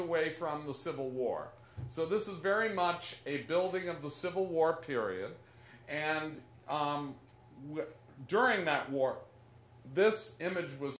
away from the civil war so this is very much a building of the civil war period and during that war this image was